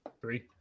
Three